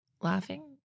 Laughing